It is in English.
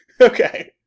Okay